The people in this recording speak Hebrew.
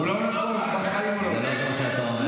זה לא נכון, מה שאתה אומר.